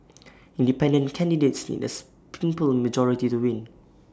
independent candidates need A simple majority to win